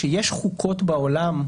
שיש חוקות בעולם,